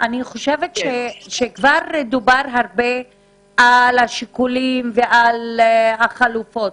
אני חושבת שכבר דובר הרבה על השיקולים והחלופות.